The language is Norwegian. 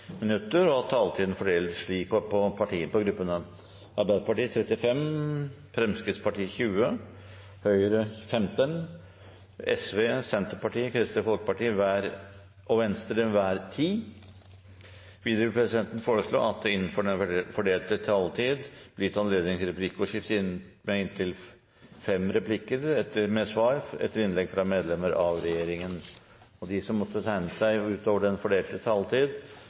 minutter, og at taletiden blir fordelt slik på gruppene: Arbeiderpartiet 35 minutter, Fremskrittspartiet 20 minutter, Høyre 15 minutter, Sosialistisk Venstreparti 10 minutter, Senterpartiet 10 minutter, Kristelig Folkeparti 10 minutter og Venstre 10 minutter. Videre vil presidenten forslå at det blir gitt anledning til replikkordskifte på inntil fem replikker med svar etter innlegg fra medlem av regjeringen innenfor den fordelte taletiden. Videre blir det foreslått at de som måtte tegne seg utover den fordelte